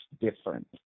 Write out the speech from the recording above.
different